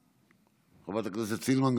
חברת הכנסת סילמן,